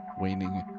waning